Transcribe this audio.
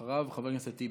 אחריו, חבר הכנסת טיבי.